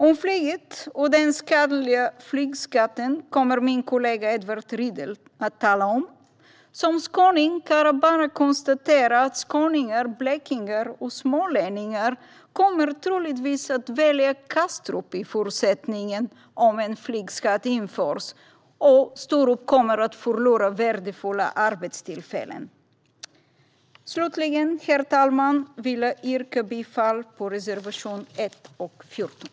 Om flyget och den skadliga flygskatten kommer min kollega Edward Riedl att tala. Som skåning kan jag bara konstatera att skåningar, blekingar och smålänningar troligtvis kommer att välja Kastrup i fortsättningen om en flygskatt införs. Sturup kommer därmed att förlora värdefulla arbetstillfällen. Slutligen, herr talman, vill jag yrka bifall till reservationerna 1 och 14.